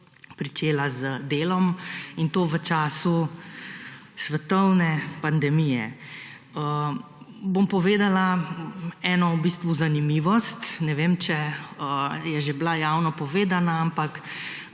pričela z delom, in to v času svetovne pandemije. Bom povedala eno v bistvu zanimivost. Ne vem, če je že bila javno povedana, ampak